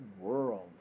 world